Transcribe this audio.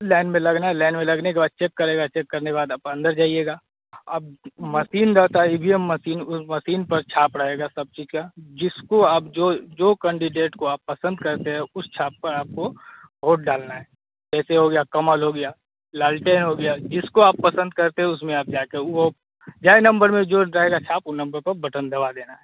line में लगना है लाइन में लगने के बाद चेक करेगा चेक करने के बाद आप अंदर जाइएगा अब मसीन रहता है ई वी एम मशीन उस मसीन पर छाप रहेगा सब चीज़ का जिसको आप जो जो कंडिडेट को पसंद करते हैं उस छाप पर आपको वोट डालना है जैसे हो गया कमल हो गया लालटेन हो गया जिसको आप पसंद करते हैं उसमे आप जाके वह वह यह नंबर में जो रहेगा छाप वह नंबर पर बटन दबा देना है